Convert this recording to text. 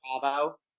bravo